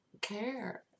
care